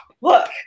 look